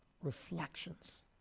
reflections